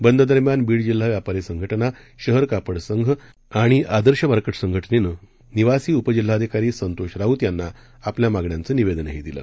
बंद दरम्यान बीड जिल्हा व्यापारी संघटना शहर कापड संघ आणि आदर्श मार्केट संघटनेनं निवासी उपजिल्हाधिकारी संतोष राऊत यांना आपल्या मागण्यांचं निवेदनही दिलं